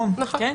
נכון.